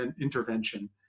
intervention